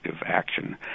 action